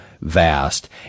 vast